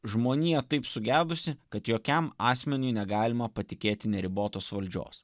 žmonija taip sugedusi kad jokiam asmeniui negalima patikėti neribotos valdžios